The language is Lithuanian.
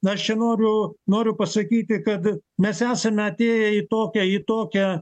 na aš ir noriu noriu pasakyti kad mes esame atėję į tokią į tokią